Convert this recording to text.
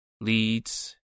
leads